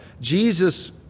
Jesus